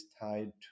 tied